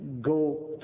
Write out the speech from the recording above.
go